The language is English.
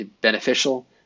beneficial